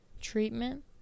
treatment